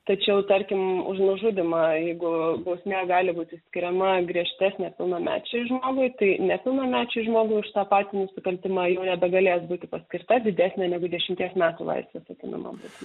tačiau tarkim už nužudymą jeigu bus negali būti skiriama griežtesnė pilnamečiui žmogui tai nepilnamečiui žmogui už tą patį nusikaltimą jau nebegalės būti paskirta didesnė nei dvidešimties metų laisvės atemimo bausmė